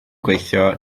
gweithio